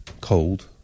cold